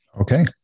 Okay